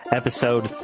episode